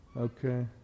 Okay